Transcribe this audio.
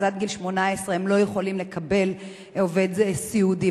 אז עד גיל 18 הם לא יכולים לקבל עובד סיעודי.